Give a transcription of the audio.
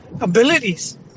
abilities